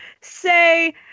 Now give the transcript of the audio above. Say